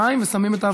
מים, ושמים את האבקה.